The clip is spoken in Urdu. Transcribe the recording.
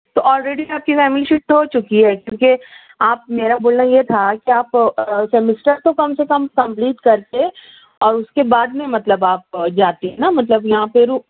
تو آلریڈی آپ کی فیملی سفٹ ہو چکی ہے کیونکہ آپ میرا بولنا یہ تھا کہ آپ سیمیسٹر تو کم سے کم کمپلیٹ کر کے اور اس کے بعد میں مطلب آپ جاتیں نا مطلب یہاں پہ رک